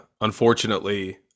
unfortunately